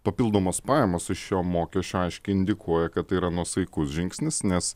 papildomos pajamos iš šio mokesčio aiškiai indikuoja kad tai yra nuosaikus žingsnis nes